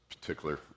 particular